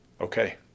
okay